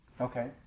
Okay